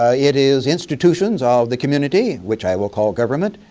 ah it is institutions of the community which i will call government.